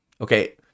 Okay